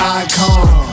icon